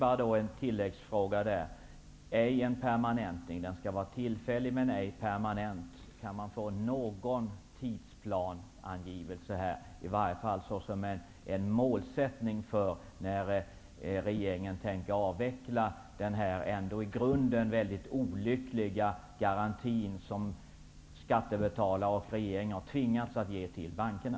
Allra sist en tilläggsfråga: Det här är en tillfällig och ej permanent lösning. Kan man få någon tidsplansangivelse här, i varje fall som en målsättning för när regeringen tänker avveckla den här i grunden ändå väldigt olyckliga garantin, som skattebetalare och regeringen har tvingats att ge till bankerna?